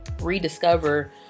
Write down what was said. rediscover